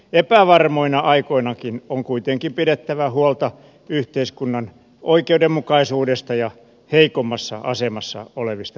epävarmoinakin aikoina on kuitenkin pidettävä huolta yhteiskunnan oikeudenmukaisuudesta ja heikommassa asemassa olevista ihmisistä